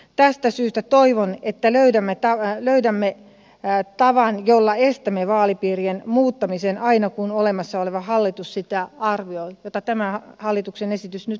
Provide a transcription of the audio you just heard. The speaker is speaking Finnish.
tästä syystä toivon että löydämme tavan jolla estämme vaalipiirien muuttamisen aina kun olemassa oleva hallitus niin arvioi minkä tämä hallituksen esitys nyt mahdollistaa